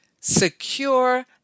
secure